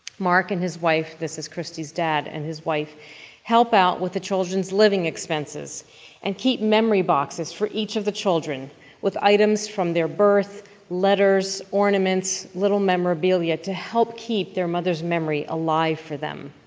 mark and his wife this is christy's dad and his wife help out with the children's living expenses and keep memory boxes for each of the children with items from their birth letters, ornaments, little memorabilia to help keep their mother's memory alive for them.